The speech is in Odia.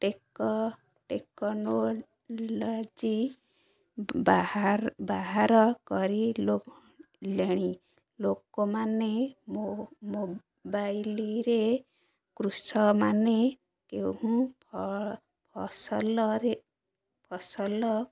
ଟେକ ଟେକ୍ନୋଲୋଜି ବାହାର ବାହାର କରିଲେଣି ଲୋକମାନେ ମୋ ମୋବାଇଲରେ କୃଷମାନେ କେଉଁ ଫ ଫସଲରେ ଫସଲ